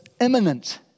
imminent